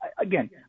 again –